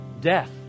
Death